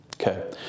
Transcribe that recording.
Okay